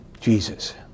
Jesus